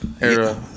era